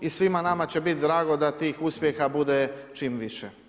I svima nama će biti drago da tih uspjeha bude čim više.